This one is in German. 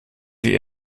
die